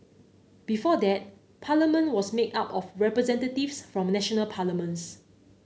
before that Parliament was made up of representatives from national parliaments